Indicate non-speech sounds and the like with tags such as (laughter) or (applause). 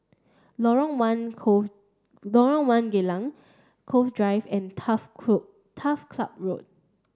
Lorong one (unintelligible) Lorong one Geylang Cove Drive and Turf (unintelligible) Turf Club Road